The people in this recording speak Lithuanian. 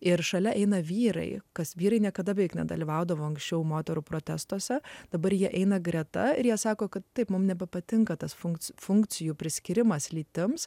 ir šalia eina vyrai kas vyrai niekada beveik nedalyvaudavo anksčiau moterų protestuose dabar jie eina greta ir jie sako kad taip mums nepatinka tas funks funkcijų priskyrimas lytims